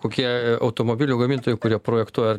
kokie automobilių gamintojai kurie projektuoja